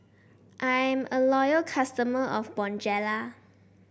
I'm a loyal customer of Bonjela